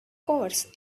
course